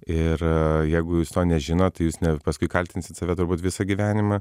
ir jeigu jūs to nežinot jūs ne paskui kaltinsit save turbūt visą gyvenimą